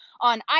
on